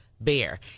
Bear